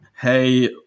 hey